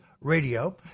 radio